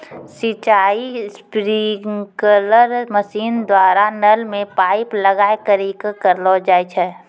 सिंचाई sprinkler machine द्वारा नल मे पाइप लगाय करि क करलो जाय छै